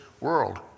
world